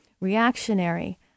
reactionary